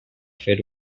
fer